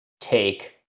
take